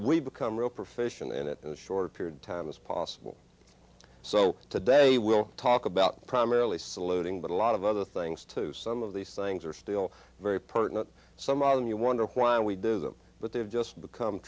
we become real proficient in it in a short period time as possible so today we'll talk about primarily saluting but a lot of other things too some of these things are still very pertinent some of them you wonder why we do them but they've just become